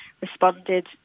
responded